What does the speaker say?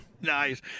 Nice